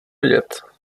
vědět